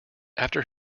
after